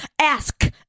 ask